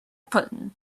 putin